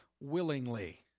willingly